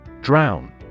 Drown